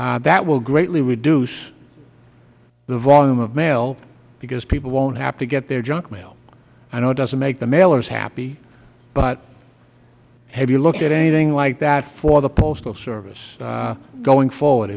that will greatly reduce the volume of mail because people won't have to get their junk mail i know it doesn't make the mailers happy but have you looked at anything like that for the postal service going forward